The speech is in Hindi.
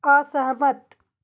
असहमत